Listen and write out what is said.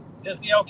Disney